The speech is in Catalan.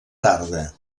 tarda